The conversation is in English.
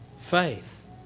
faith